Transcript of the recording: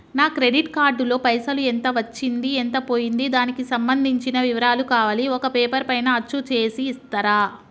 నా credit card లో పైసలు ఎంత వచ్చింది ఎంత పోయింది దానికి సంబంధించిన వివరాలు కావాలి ఒక పేపర్ పైన అచ్చు చేసి ఇస్తరా?